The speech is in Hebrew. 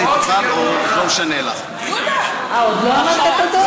לפני כן אני רוצה להגיד תודות,